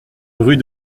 rue